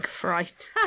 Christ